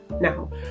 Now